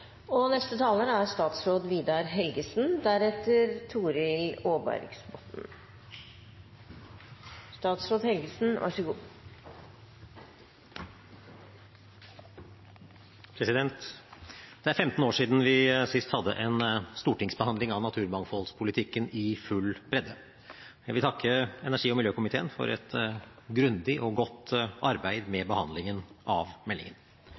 er 15 år siden vi sist hadde en stortingsbehandling av naturmangfoldspolitikken i full bredde. Jeg vil takke energi- og miljøkomiteen for et grundig og godt arbeid med behandlingen av meldingen.